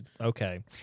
Okay